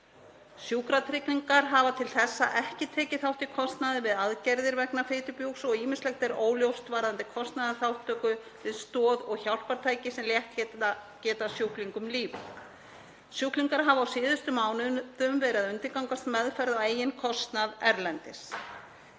Sjúkratryggingar hafa til þessa ekki tekið þátt í kostnaði við aðgerðir vegna fitubjúgs og ýmislegt er óljóst varðandi kostnaðarþátttöku við stoð- og hjálpartæki sem létt geta sjúklingum lífið. Sjúklingar hafa á síðustu mánuðum verið að undirgangast meðferð á eigin kostnað erlendis.